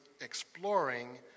exploring